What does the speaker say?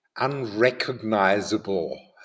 Unrecognizable